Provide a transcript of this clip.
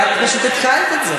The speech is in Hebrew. אתם הפטרונים שלנו.